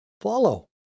follow